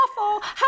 awful